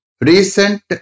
recent